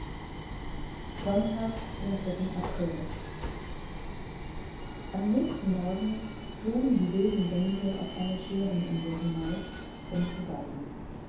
sonntag den april am nächsten morgen flogen die wilden gänse auf eine schäreninsel hinaus um zu weiden